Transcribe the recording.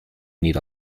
need